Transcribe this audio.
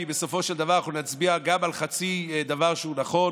כי בסופו של דבר נצביע גם על חצי דבר שהוא נכון,